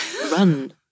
Run